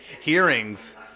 hearings